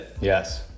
yes